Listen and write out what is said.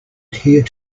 adhere